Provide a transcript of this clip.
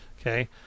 Okay